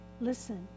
listen